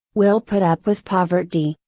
will put up with poverty,